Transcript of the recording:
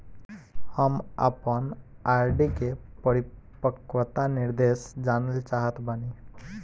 हम आपन आर.डी के परिपक्वता निर्देश जानल चाहत बानी